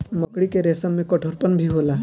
मकड़ी के रेसम में कठोरपन भी होला